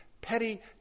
petty